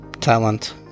talent